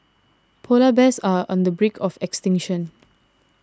Polar Bears are on the break of extinction